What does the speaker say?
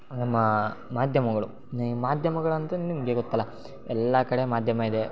ನಮ್ಮ ಮಾಧ್ಯಮಗಳು ಈ ಮಾಧ್ಯಮಗಳಂತು ನಿಮಗೆ ಗೊತ್ತಲ್ಲ ಎಲ್ಲ ಕಡೆ ಮಾಧ್ಯಮ ಇದೆ